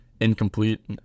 incomplete